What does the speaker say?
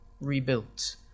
rebuilt